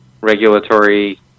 regulatory